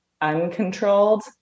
uncontrolled